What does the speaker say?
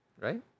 Right